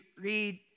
read